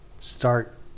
start